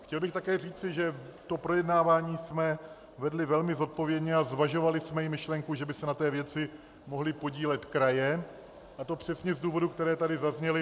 Chtěl bych také říci, že projednávání jsme vedli velmi zodpovědně a zvažovali jsme i myšlenku, že by se na této věci mohly podílet kraje, a to přesně z důvodů, které tady zazněly.